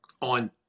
on